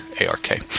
A-R-K